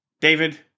David